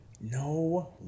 No